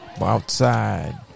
Outside